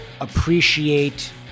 appreciate